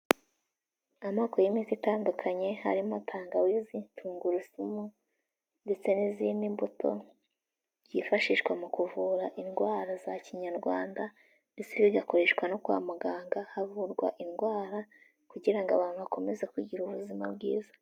Amoko y'imiinsi itandukanye harimo tangawizi, tungurusumu ndetse n'izindi mbuto, byifashishwa mu kuvura indwara za kinyarwanda ndetse igakoreshwa no kwa muganga, havurwa indwara kugira ngo abantu bakomeze kugira ubuzima bwiza.